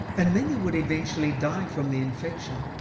and many would eventually die from the infection.